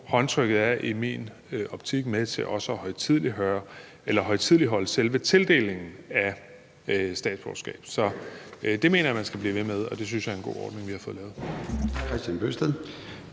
Håndtrykket er i min optik med til også at højtideligholde selve tildelingen af statsborgerskab. Så det mener jeg man skal blive ved med, og det synes jeg er en god ordning, vi har fået lavet.